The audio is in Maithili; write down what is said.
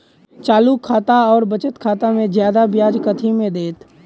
चालू खाता आओर बचत खातामे जियादा ब्याज कथी मे दैत?